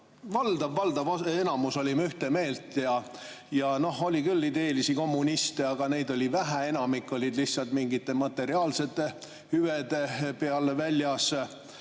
– noh, valdav enamus oli – ühte meelt. Oli küll ideelisi kommuniste, aga neid oli vähe, enamik olid lihtsalt mingite materiaalsete hüvede peal väljas.